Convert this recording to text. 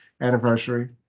anniversary